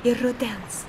ir rudens